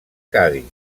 cadis